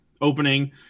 opening